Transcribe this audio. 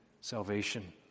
salvation